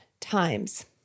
times